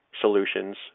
solutions